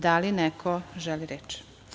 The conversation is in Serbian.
Da li neko želi reč?